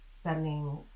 spending